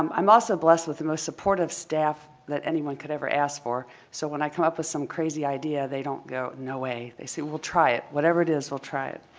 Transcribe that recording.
um i'm also blessed with the most supportive staff that anyone could ever ask for so when i come up with some crazy idea they don't go, no way. they say we'll try it, whatever it, we'll try it.